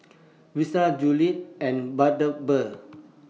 Versace Julie's and Bundaberg